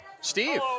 steve